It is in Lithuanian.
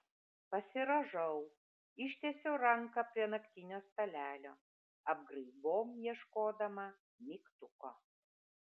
pasirąžau ištiesiu ranką prie naktinio stalelio apgraibom ieškodama mygtuko